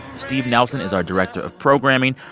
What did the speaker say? steve nelson is our director of programming.